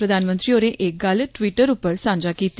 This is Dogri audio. प्रधानमंत्री होरें एह् गल्ल ट्वीट उप्पर सांझा कीता